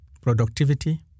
productivity